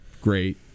great